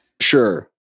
Sure